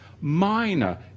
Minor